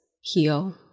heal